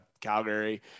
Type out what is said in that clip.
Calgary